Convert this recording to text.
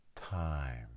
time